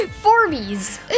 Forbes